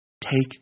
take